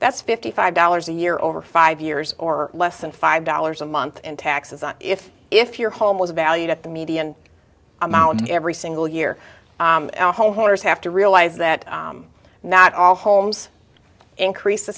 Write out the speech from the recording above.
that's fifty five dollars a year over five years or less than five dollars a month and taxes on if if your home was valued at the median amount every single year homeowners have to realize that not all homes increase the